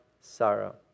sorrow